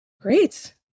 great